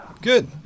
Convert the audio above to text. Good